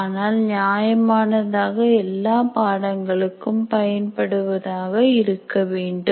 ஆனால் நியாயமானதாக எல்லா பாடங்களுக்கும் பயன்படுவதாக இருக்கவேண்டும்